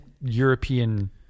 European